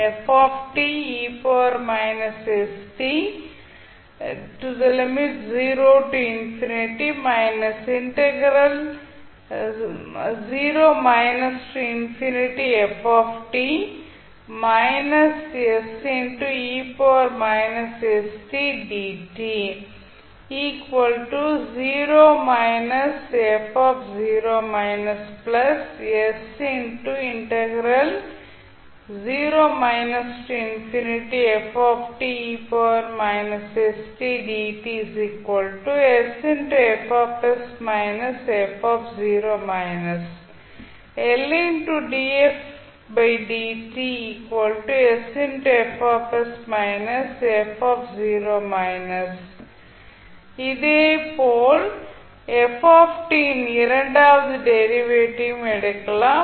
பிறகு இப்போது இதேபோல் f இன் இரண்டாவது டெரிவேட்டிவ் ஐயும் எடுக்கலாம்